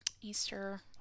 Easter